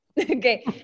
Okay